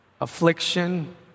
affliction